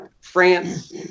France